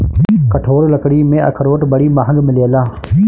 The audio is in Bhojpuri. कठोर लकड़ी में अखरोट बड़ी महँग मिलेला